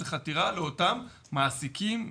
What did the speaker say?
זה חתירה לאותם מעסיקים,